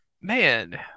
Man